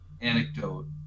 anecdote